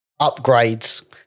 upgrades